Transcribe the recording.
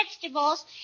vegetables